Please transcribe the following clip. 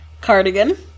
Cardigan